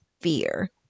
fear